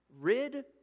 Rid